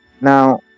Now